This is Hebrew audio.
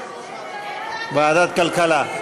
אדוני היושב-ראש, ועדת הכלכלה.